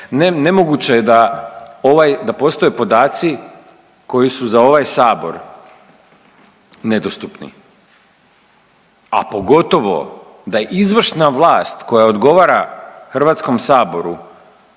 nemoguće je da postoje podaci koji su za ovaj Sabor nedostupni, a pogotovo da izvršna vlast koja odgovara Hrvatskom saboru